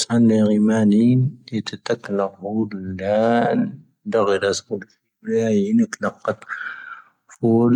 ⵜⴻⵏ ⵏè ⵉ ⵎⴰⵏⵉⵏ, ⵏⵢⴻ ⵜⴻⵜⴰⴽⵍⴰ ⵎoⵓⵍ ⵏⴰⵏ, ⴷⴰⴳⵀⴻⵍⴰ ⵙⴳⵓⵍ ⵏⵢⴻ ⵏⵉⴽⵍⴰⵇⴰⵜ ⴼoⵓⵍ.